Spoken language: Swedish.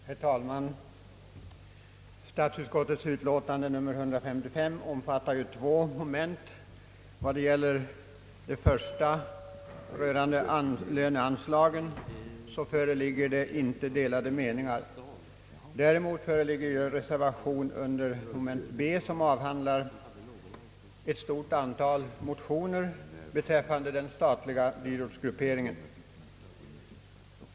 Herr talman! Statsutskottets utlåtande nr 154 omfattar ju två moment. När det gäller löneanslagen föreligger inga delade meningar, men i fråga om utskottets hemställan under B har en reservation avgivits. Detta moment behandlar ett stort antal motioner beträffande den statliga dyrortsgrupperingen.